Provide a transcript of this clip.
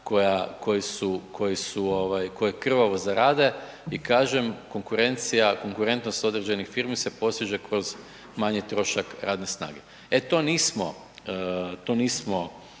koje krvavo zarade i kažem, konkurencija, konkurentnost određenih firmi se postiže kroz manji trošak radne snage. E to nismo, to nismo